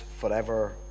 forever